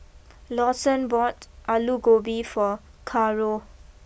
Lawson bought Alu Gobi for Caro